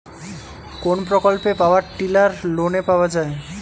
কোন প্রকল্পে power tiller লোনে পাওয়া য়ায়?